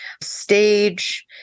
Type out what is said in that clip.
stage